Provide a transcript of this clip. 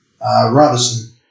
Robinson